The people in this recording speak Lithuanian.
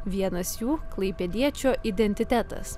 vienas jų klaipėdiečio identitetas